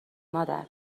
مادر